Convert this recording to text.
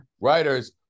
writers